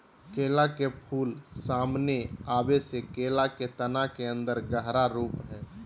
केला के फूल, सामने आबे से केला के तना के अन्दर गहरा रूप हइ